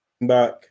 back